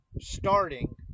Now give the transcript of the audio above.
starting